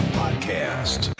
podcast